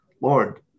Lord